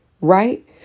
right